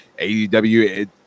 aew